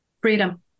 Freedom